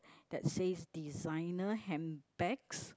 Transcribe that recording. that says designer handbags